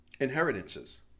Inheritances